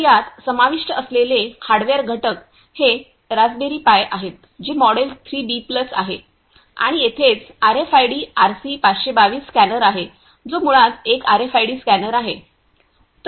तर यात समाविष्ट असलेले हार्डवेअर घटक हे रास्पबेरी पाई आहेत जे मॉडेल 3 बी प्लस आहेत आणि येथेच आरएफआयडी आरसी 522 स्कॅनर आहे जो मुळात एक आरएफआयडी स्कॅनर आहे